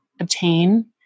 obtain